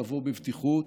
לבוא בבטיחות.